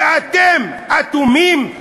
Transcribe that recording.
ואתם אטומים?